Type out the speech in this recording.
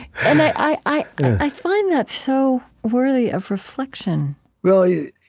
and i i find that so worthy of reflection well, yeah